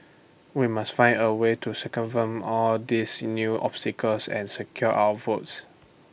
we must find A way to circumvent all these new obstacles and secure our votes